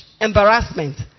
Embarrassment